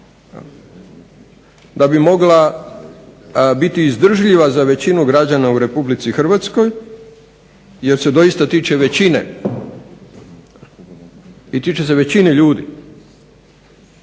da bi mogla biti izdržljiva za većinu građana u Republici Hrvatskoj jer se doista tiče većine i tiče se većine ljudi,